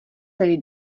celý